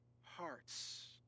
hearts